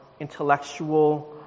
intellectual